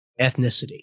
ethnicity